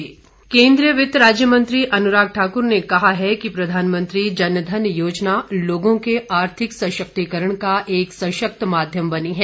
अनुराण ठाकुर केंद्रीय वित्त राज्य मंत्री अनुराग ठाकुर ने कहा कि प्रधानमंत्री जनधन योजना लोगों के आर्थिक सशक्तिकरण का एक सशक्त माध्यम बनी है